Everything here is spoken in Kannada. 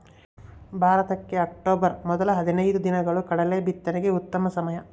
ಭಾರತಕ್ಕೆ ಅಕ್ಟೋಬರ್ ಮೊದಲ ಹದಿನೈದು ದಿನಗಳು ಕಡಲೆ ಬಿತ್ತನೆಗೆ ಉತ್ತಮ ಸಮಯ